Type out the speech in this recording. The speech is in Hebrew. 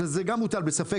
וגם הנתון הזה מוטל בספק,